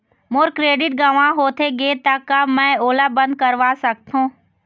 मोर credit गंवा होथे गे ता का मैं ओला बंद करवा सकथों?